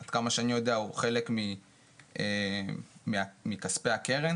עד כמה שאני יודע הוא חלק מכספי הקרן